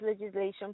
legislation